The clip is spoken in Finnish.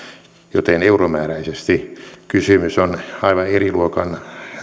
joten euromääräisesti kysymys on aivan eri luokan